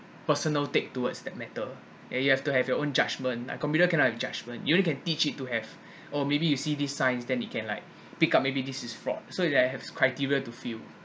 personal take towards that matter and you have to have your own judgment a computer cannot have judgment you only can teach it to have or maybe you see this sign then you can like pick up maybe this is fraud so with that have criteria to fail